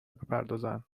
بپردازند